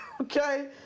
okay